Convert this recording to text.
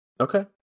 Okay